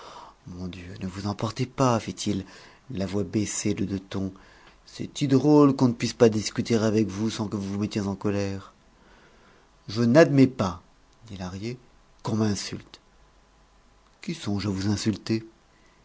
mon dieu ne vous emportez pas fit-il la voix baissée de deux tons c'est-y drôle qu'on ne puisse pas discuter avec vous sans que vous vous mettiez en colère je n'admets pas dit lahrier qu'on m'insulte qui songe à vous insulter